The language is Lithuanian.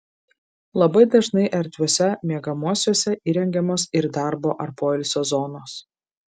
labai dažnai erdviuose miegamuosiuose įrengiamos ir darbo ar poilsio zonos